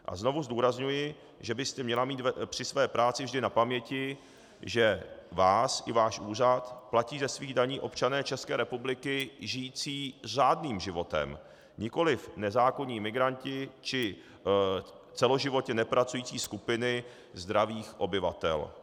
A znovu zdůrazňuji, že byste měla mít při své práci vždy na paměti, že vás i váš úřad platí ze svých daní občané České republiky žijící řádným životem, nikoliv nezákonní migranti či celoživotně nepracující skupiny zdravých obyvatel.